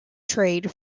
trade